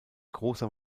großer